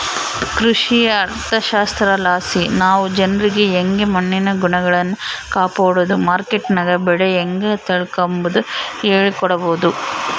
ಕೃಷಿ ಅರ್ಥಶಾಸ್ತ್ರಲಾಸಿ ನಾವು ಜನ್ರಿಗೆ ಯಂಗೆ ಮಣ್ಣಿನ ಗುಣಗಳ್ನ ಕಾಪಡೋದು, ಮಾರ್ಕೆಟ್ನಗ ಬೆಲೆ ಹೇಂಗ ತಿಳಿಕಂಬದು ಹೇಳಿಕೊಡಬೊದು